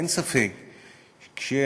אין ספק שכשאנחנו,